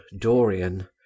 Dorian